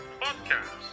podcast